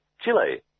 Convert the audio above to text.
Chile